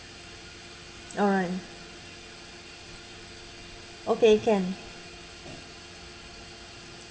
alright okay can